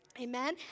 Amen